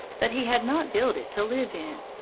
but he had not built it to live in.